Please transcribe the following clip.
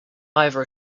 either